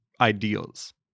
ideals